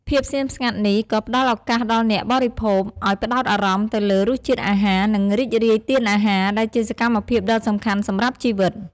ភាពស្ងៀមស្ងាត់នេះក៏ផ្តល់ឱកាសដល់អ្នកបរិភោគឱ្យផ្តោតអារម្មណ៍ទៅលើរសជាតិអាហារ និងរីករាយទានអាហារ ដែលជាសកម្មភាពដ៏សំខាន់សម្រាប់ជីវិត។